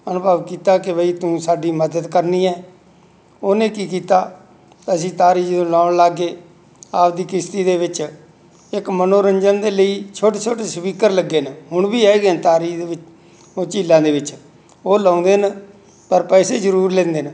ਅਨੁਭਵ ਕੀਤਾ ਕਿ ਬਈ ਤੂੰ ਸਾਡੀ ਮਦਦ ਕਰਨੀ ਹੈ ਉਹਨੇ ਕੀ ਕੀਤਾ ਅਸੀਂ ਤਾਰੀ ਜਦੋਂ ਲਾਉਣ ਲੱਗ ਗਏ ਆਪਣੀ ਕਿਸ਼ਤੀ ਦੇ ਵਿੱਚ ਇੱਕ ਮਨੋਰੰਜਨ ਦੇ ਲਈ ਛੋਟੇ ਛੋਟੇ ਸਪੀਕਰ ਲੱਗੇ ਨੇ ਹੁਣ ਵੀ ਹੈਗੇ ਨੇ ਤਾਰੀ ਦੇ ਵਿੱਚ ਉਹ ਝੀਲਾਂ ਦੇ ਵਿੱਚ ਉਹ ਲਾਉਂਦੇ ਨੇ ਪਰ ਪੈਸੇ ਜ਼ਰੂਰ ਲੈਂਦੇ ਨੇ